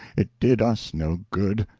it did us no good,